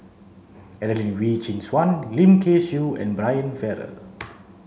Adelene Wee Chin Suan Lim Kay Siu and Brian Farrell